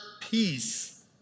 peace